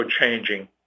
changing